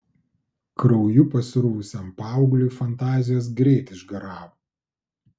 krauju pasruvusiam paaugliui fantazijos greit išgaravo